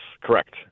correct